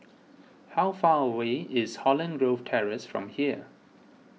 how far away is Holland Grove Terrace from here